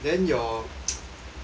GrabFood ah